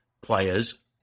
players